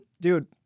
dude